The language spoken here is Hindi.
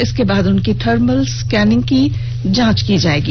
इसके बाद उनकी थर्मल स्केनिंग से जांच की जायेगी